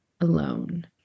alone